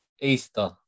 Easter